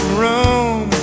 room